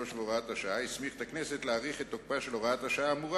והוראת שעה) הסמיך את הכנסת להאריך את תוקפה של הוראת השעה האמורה,